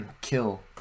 kill